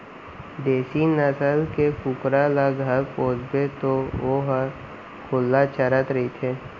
देसी नसल के कुकरा ल घर पोसबे तौ वोहर खुल्ला चरत रइथे